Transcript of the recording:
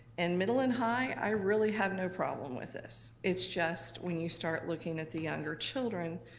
and middle and high, i really have no problem with this. it's just, when you start looking at the younger children,